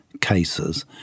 cases